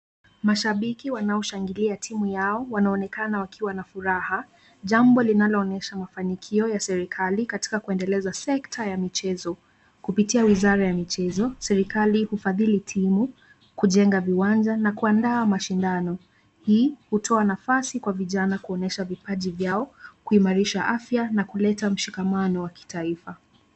Mashabiki wanaoshangilia timu yao, wanaonekana wakiwa na furaha, jambo linaloonyesha mafanikio ya serekali katika kuendeleza sekta ya michezo. Kupitia wizara ya michezo, serikali hufadhili timu, kujenga viwanja na kuandaa mashindano. Hii hutoa nafasi kwa vijana kuonyesha vipaji vyao, kuimarisha afya na kuleta mshikamano wa kitaifa.